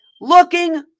looking